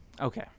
Okay